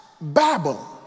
Babel